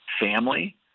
family